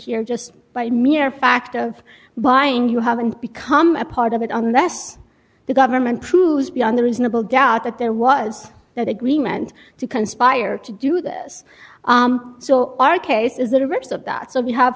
here just by the mere fact of buying you haven't become a part of it unless the government cruise beyond the reasonable doubt that there was that agreement to conspire to do this so our case is the reverse of that so we have